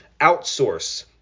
outsource